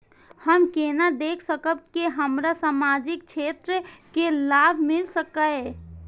हम केना देख सकब के हमरा सामाजिक क्षेत्र के लाभ मिल सकैये?